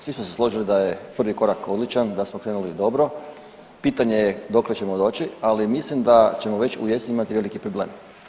Svi smo se složili da je prvi korak odličan, da smo krenuli dobro, pitanje je dokle ćemo doći, ali mislim da ćemo već u jesen imati veliki problem.